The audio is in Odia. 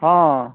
ହଁ